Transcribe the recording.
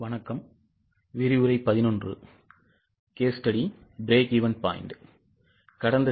வணக்கம் கடந்தது